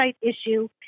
issue